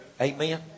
Amen